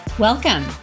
Welcome